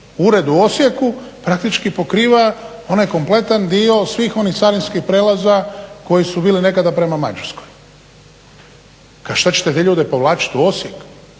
Ured u Osijeku praktički pokriva onaj kompletan dio svih onih carinskih prijelaza koji su bili nekada prema Mađarskoj. Šta ćete te ljude povlačiti u Osijek,